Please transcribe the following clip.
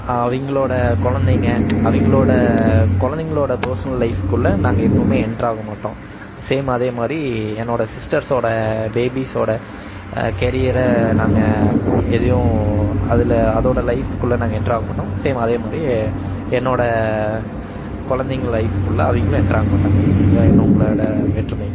அவங்களோட குழந்தைங்க அவங்களோட குழந்தைங்களோட பர்ஸ்னல் லைஃப்குள்ள நாங்கள் எப்போவுமே எண்டர் ஆகமாட்டோம் சேம் அதே மாதிரி என்னோடய சிஸ்டர்ஸோட பேபிஸ்ஸோட கேரியரை நாங்கள் எதையும் அதில் அதோடய லைஃப்குள்ள நாங்கள் எண்டர் ஆக மாட்டோம் சேம் அதேமாதிரி என்னோடய குழந்தைங்க லைஃப்குள்ள அவங்களும் எண்டர் ஆக மாட்டாங்கள் இதுதான் எங்களோட வேற்றுமை